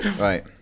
Right